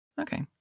Okay